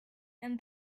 and